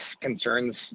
concerns